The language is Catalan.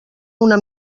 una